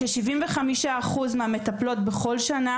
כ-75% מהמטפלות בכל שנה,